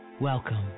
Welcome